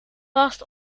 past